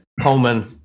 coleman